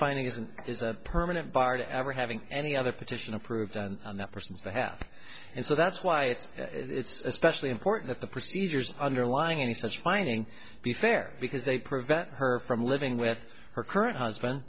finding is and is a permanent bar to ever having any other petition approved on that person's behalf and so that's why it's it's especially important that the procedures underlying any such finding be fair because they prevent her from living with her current husband